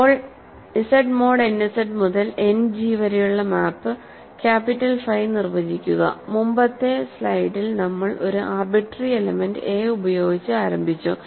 ഇപ്പോൾ Z mode n Z മുതൽ end G വരെയുള്ള മാപ്പ് ക്യാപിറ്റൽ ഫൈ നിർവചിക്കുക മുമ്പത്തെ സ്ലൈഡിൽ നമ്മൾ ഒരു ആർബിട്രറി എലെമെന്റ് എ ഉപയോഗിച്ച് ആരംഭിച്ചു